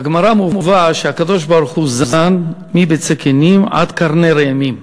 בגמרא מובא שהקדוש-ברוך-הוא זן מביצי כינים עד קרני ראמים.